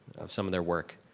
of some of their work,